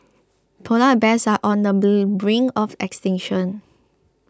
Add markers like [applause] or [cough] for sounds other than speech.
Polar Bears are on the [unintelligible] brink of extinction